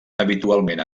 habitualment